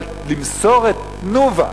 אבל למסור את "תנובה"